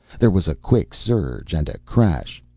there was a quick surge and a crash.